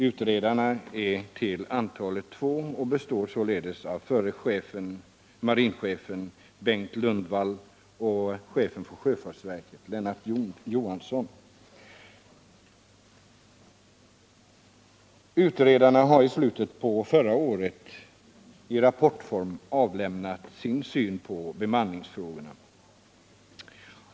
Utredarna är till antalet två och består av förre marinchefen Bengt Lundvall och chefen för sjöfartsverket Lennart Johansson. Utredarna lämnade i slutet på förra året i rapportform sin syn på bemanningsfrågorna.